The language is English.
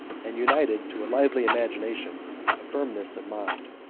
and united to a lively imagination a firmness of mind,